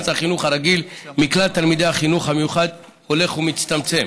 החינוך הרגיל בכלל תלמידי החינוך המיוחד הולך ומצטמצם.